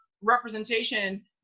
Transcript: representation